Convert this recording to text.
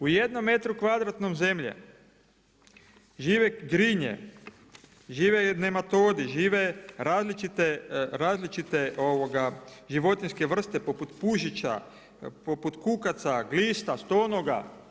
U jednom metru kvadratnom zemlje žive grinje, žive nematodi, žive različite životinjske vrste poput pužića, poput kukaca, glista, stonoga.